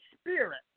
spirit